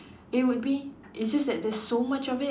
it would be it's just that there's so much of it